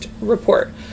report